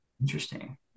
Interesting